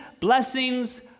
blessings